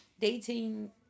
dating –